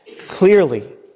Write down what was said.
clearly